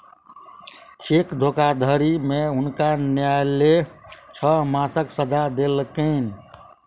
cheque धोखाधड़ी में हुनका न्यायलय छह मासक सजा देलकैन